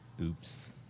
Oops